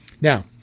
Now